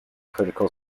critical